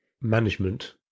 management